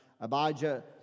Abijah